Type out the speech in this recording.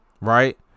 right